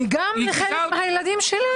גם לחלק מהילדים שלנו.